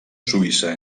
suïssa